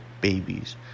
babies